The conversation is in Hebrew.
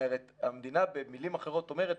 המדינה במילים אחרות אומרת,